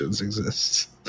exist